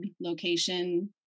location